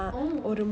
oh